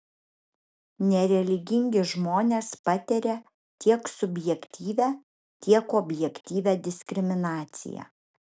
nereligingi žmonės patiria tiek subjektyvią tiek objektyvią diskriminaciją